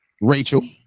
Rachel